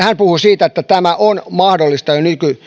hän puhuu siitä että on mahdollista jo